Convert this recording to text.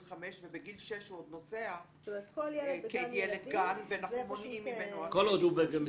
חמש ובגיל שש הוא עוד נוסע כילד גן ואנחנו מונעים ממנו הסעה.